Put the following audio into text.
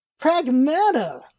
Pragmata